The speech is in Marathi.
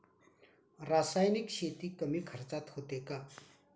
रासायनिक शेती कमी खर्चात होते का?